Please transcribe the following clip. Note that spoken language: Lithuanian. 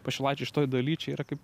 pašilaičių šitoj daly čia yra kaip